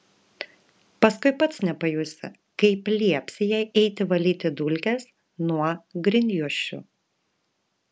paskui pats nepajusi kaip liepsi jai eiti valyti dulkes nuo grindjuosčių